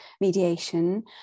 mediation